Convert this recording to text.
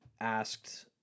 asked